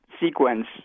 sequence